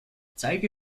zeige